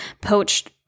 poached